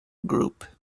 group